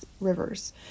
rivers